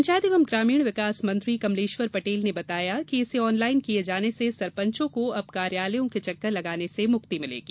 पंचायत एवं ग्रामीण विकास मंत्री कमलेश्वर पटेल ने बताया कि इसे ऑनलाइन किए जाने से सरपंचों को अब कार्यालयों के चक्कर लगाने से मुक्ति मिलेगी